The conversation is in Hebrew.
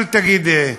אל תגידי "אהה".